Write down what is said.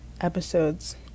episodes